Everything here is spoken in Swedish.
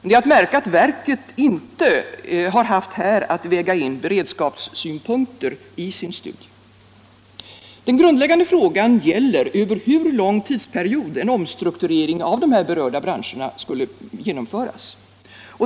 Det är att märka att verket inte här haft att väga in beredskapssynpunkter i sin studie. Den grundläggande frågan gäller över hur lång tidsperiod en omstrukturering av de här berörda branscherna skulle genomföras.